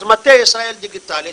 אז המטה לישראל דיגיטלית,